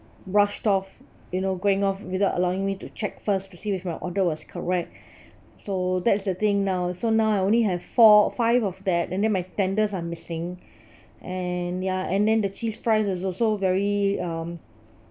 rushed off you know going off without allowing me to check first to see with my order was correct so that's the thing now so now I only have four five of that and then my tenders are missing and ya and then the cheese fries is also very um